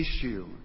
issue